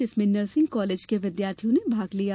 जिसमें nursing college के विद्यार्थियों ने भाग लिया